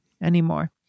anymore